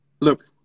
look